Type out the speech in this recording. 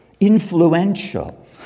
influential